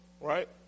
right